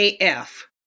af